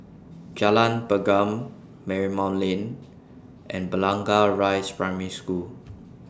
Jalan Pergam Marymount Lane and Blangah Rise Primary School